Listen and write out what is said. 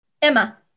Emma